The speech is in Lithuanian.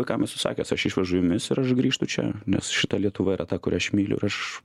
vaikam esu sakęs aš išvežu jumis ir aš grįžtu čia nes šita lietuva yra ta kurią aš myliu ir aš